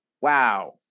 wow